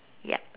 ya